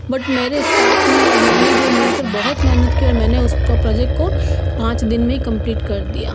but मेरे staff ने और मैंने जो मिलकर बहुत मेहनत की और मैंने उसको प्रॉजेक्ट को पाँच दिन में कम्प्लीट कर दिया